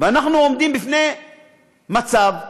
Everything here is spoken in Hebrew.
ואנחנו עומדים בפני מצב ש,